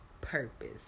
purpose